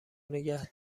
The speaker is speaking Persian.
نگه